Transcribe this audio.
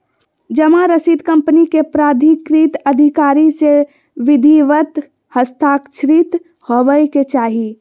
जमा रसीद कंपनी के प्राधिकृत अधिकारी से विधिवत हस्ताक्षरित होबय के चाही